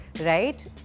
right